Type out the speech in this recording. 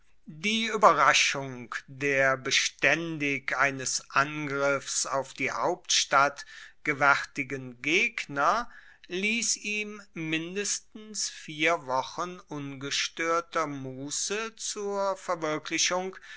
die ueberraschung der bestaendig eines angriffs auf die hauptstadt gewaertigen gegner liess ihm mindestens vier wochen ungestoerter musse zur verwirklichung